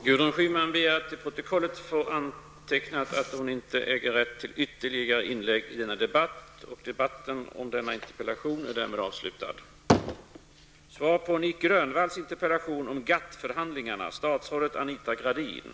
Ian Wachtmeister anhåller att till protokollet få antecknat att han inte äger rätt till replik på Ingvar Carlssons anförande. Anledningen till det är dock att replik är ett inlägg som bryter talarordningen, och Ian Wachtmeister står närmast på tur på talarlistan.